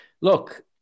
look